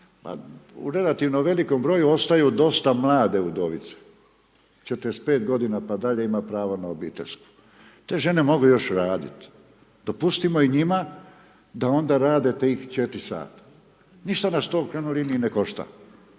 u relativno velikom broju ostaju dosta mlade udovice, 45 godina pa dalje, ima pravo na obiteljsku, te žene mogu još radit. Dopustimo i njima da onda rade tih 4 sata, ništa nas to u krajnjoj liniji ne košta.